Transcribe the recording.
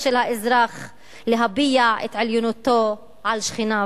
של האזרח להביע את עליונותו על שכניו,